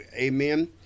amen